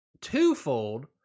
Twofold